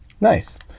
Nice